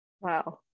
Wow